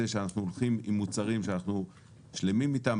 שאנחנו הולכים עם מוצרים שאנחנו שלמים איתם,